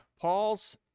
Paul's